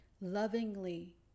Lovingly